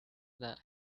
that